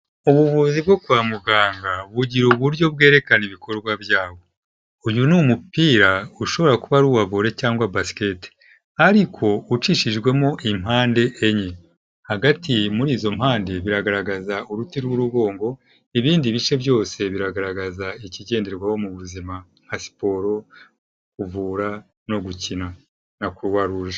Ubuvuzi bwo kwa muganga bugira uburyo bwerekana ibikorwa byabwo, uyu ni umupira ushobora kuba ari uwa vore cyangwa basikete ariko ucishijwemo impande enye, hagati muri izo mpande biragaragaza uruti rw'urugongo, ibindi bice byose biragaragaza ikigenderwaho mu buzima nka siporo, kuvura no gukina na Croix Rouge.